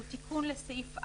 שהוא תיקון לסעיף (4)